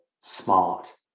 smart